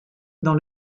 dans